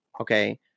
Okay